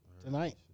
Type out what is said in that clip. Tonight